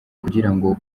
kugirango